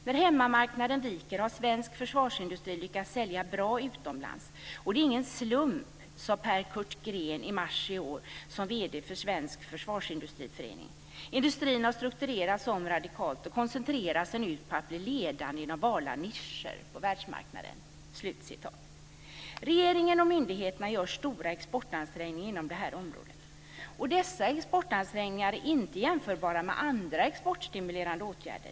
När hemmamarknaden viker har svensk försvarsindustri lyckats sälja bra utomlands. Och det är ingen slump sade Percurt Green i mars i år som VD för Sveriges försvarsindustriförening. Industrin har strukturerats om radikalt och koncentrerar sig nu på att bli ledande inom valda nischer på världsmarknaden." Regeringen och myndigheterna gör stora exportansträngningar inom det här området. Dessa exportansträngningar är inte jämförbara med andra exportstimulerande åtgärder.